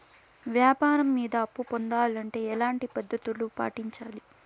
వ్యాపారం మీద అప్పు పొందాలంటే ఎట్లాంటి పద్ధతులు పాటించాలి?